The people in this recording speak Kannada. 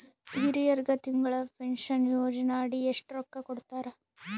ಹಿರಿಯರಗ ತಿಂಗಳ ಪೀನಷನಯೋಜನ ಅಡಿ ಎಷ್ಟ ರೊಕ್ಕ ಕೊಡತಾರ?